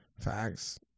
Facts